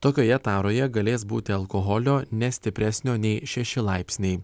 tokioje taroje galės būti alkoholio ne stipresnio nei šeši laipsniai